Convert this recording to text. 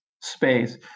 space